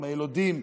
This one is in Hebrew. עם היילודים,